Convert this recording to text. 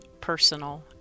personal